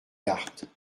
cartes